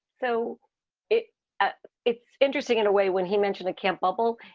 so it ah it's interesting in a way, when he mentioned the camp bubble,